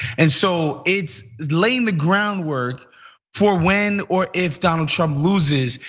and so it's laying the groundwork for when or if donald trump loses,